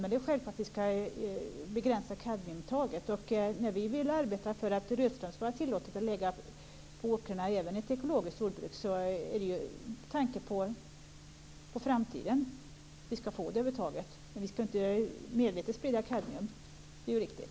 Men självklart skall vi begränsa kadmiumintaget. När vi vill arbeta för att det skall vara tillåtet att lägga rötslam på åkrarna även i ett ekologiskt jordbruk så är det med tanke på framtiden. Men vi skall inte medvetet sprida kadmium; det är riktigt.